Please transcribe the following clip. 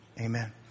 Amen